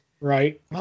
Right